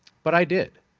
but i did.